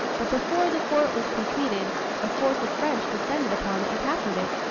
but before the fort was completed a force of french descended upon it and captured it.